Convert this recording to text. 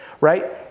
right